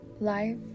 life